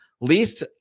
Least